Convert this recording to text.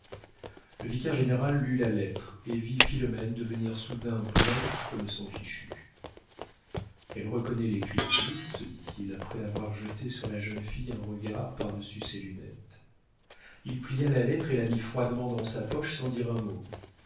le vicaire-général lut la lettre et vit philomène devenir soudain blanche comme son fichu elle reconnaît l'écriture se dit-il après avoir jeté sur la jeune fille un regard par-dessus ses lunettes il plia la lettre et la mit froidement dans sa poche sans dire un mot